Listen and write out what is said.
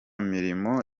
mirimo